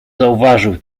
zauważył